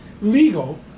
legal